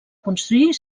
construir